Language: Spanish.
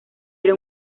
era